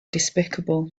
despicable